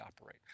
operate